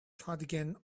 cardigan